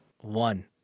One